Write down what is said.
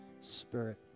spirit